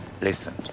Listen